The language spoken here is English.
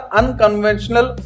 unconventional